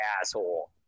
asshole